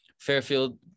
Fairfield